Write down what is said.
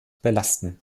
belasten